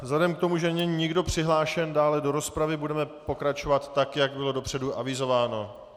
Vzhledem k tomu, že není nikdo přihlášen dále do rozpravy, budeme pokračovat tak, jak bylo dopředu avizováno.